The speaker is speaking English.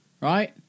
Right